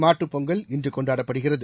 மாட்டுப்பொங்கல் இன்றுகொண்டாடப்படுகிறது